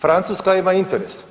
Francuska ima interes.